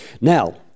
Now